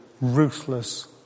ruthless